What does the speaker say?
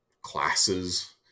classes